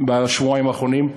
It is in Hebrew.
בשבועיים האחרונים.